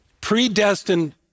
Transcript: Predestined